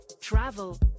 travel